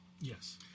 Yes